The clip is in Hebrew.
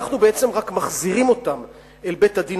בעצם אנחנו רק מחזירים אותם אל בית-הדין